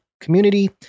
community